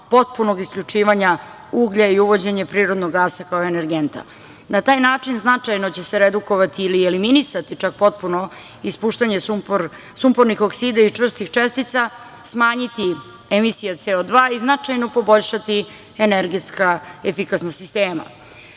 potpunog isključivanja uglja i uvođenje prirodnog gasa kao energenta. Na taj način značajno će se redukovati ili eliminisati, čak potpuno, ispuštanje sumpornih oksida i čvrstih čestica, smanjiti emisiju CO2 i značajno poboljšati energetska efikasnost